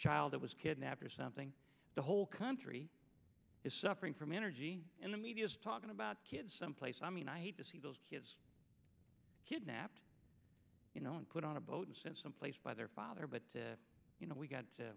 child was kidnapped or something the whole country is suffering from energy and the media is talking about kids someplace i mean i hate to see those kids kidnapped you know put on a boat and sent someplace by their father but you know we